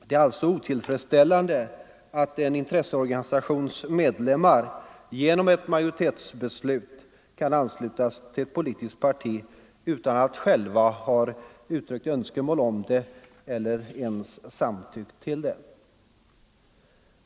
Det är alltså otillfredsställande att en intresseorganisations medlemmar genom ett majoritetsbeslut kan anslutas till ett politiskt parti utan att själva ha uttryckt önskemål om det eller ens samtyckt till det.